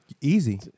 Easy